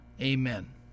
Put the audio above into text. Amen